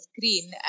screen